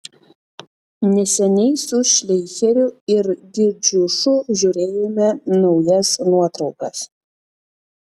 neseniai su šleicheriu ir girdziušu žiūrėjome naujas nuotraukas